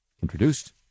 Introduced